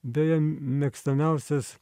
beje mėgstamiausias